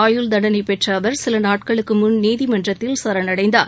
ஆயுள் தண்டனை பெற்ற அவர் சில நாட்களுக்கு முன் நீதிமன்றத்தில் சரணடைந்தார்